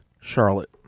charlotte